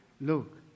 Look